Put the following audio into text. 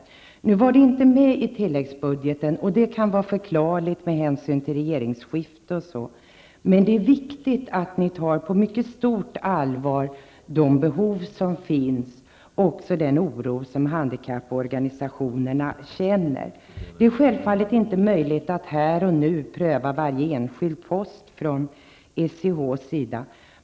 Det här kom inte med i tilläggsbudgeten. Det kan vara förklarligt med hänsyn till regeringsskiftet. Det är dock viktigt att ni tar de behov som finns och den oro som handikapporganisationerna känner på stort allvar. Det är självfallet inte möjligt att här och nu pröva varje enskild post från SIHs sida.